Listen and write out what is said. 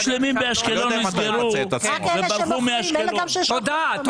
עסקים שלמים באשקלון נסגרו וברחו מאשקלון.